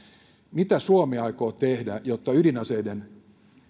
mitä suomi aikoo tehdä jotta ydinaseiden